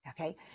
okay